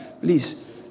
Please